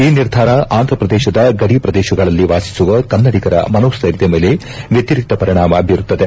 ಈ ನಿರ್ಧಾರ ಆಂಧ್ರಪ್ರದೇಶದ ಗಡಿ ಪ್ರದೇಶಗಳಲ್ಲಿ ವಾಸಿಸುವ ಕನ್ನಡಿಗರ ಮನೋಸ್ಟೈರ್ಯದ ಮೇಲೆ ವ್ಯತಿರಿಕ್ತ ಪರಿಣಾಮ ಬೀರುತ್ತದೆ